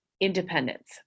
independence